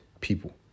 people